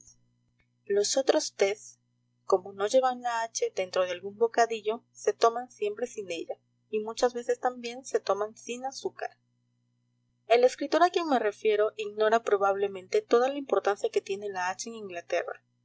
los otros tes como no lleven la hache dentro de algún bocadillo se toman siempre sin ella y muchas veces también se toman sin azúcar el escritor a quien me refiero ignora probablemente toda la importancia que tiene la hache en inglaterra